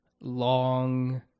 long